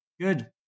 Good